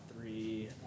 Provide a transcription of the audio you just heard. three